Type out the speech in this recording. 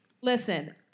Listen